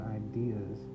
ideas